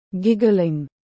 Giggling